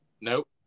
Nope